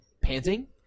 Panting